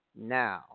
now